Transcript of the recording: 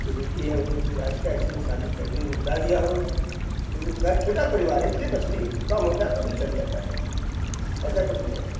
जो बेटी है वो तो आहिस्ता आहिस्ता मैं शादी करके निपटा दिया हूँ तो जो घर छोटा परिवार है इसलिए मछली कम होता है तो भी चल जाता है ऐसा कुछ नही है